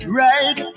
right